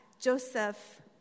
Joseph